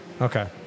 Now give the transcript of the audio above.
Okay